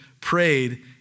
prayed